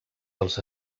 dels